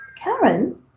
karen